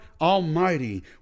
Almighty